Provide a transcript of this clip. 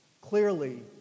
clearly